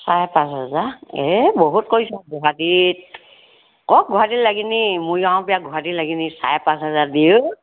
চাৰে পাঁচ হেজাৰ এই বহুত কৰিছা গুৱাহাটীত গুৱাহাটীত মৰিগাঁৱৰ পৰা গুৱাহাটীত চাৰে পাঁচ হাজাৰ দিওঁ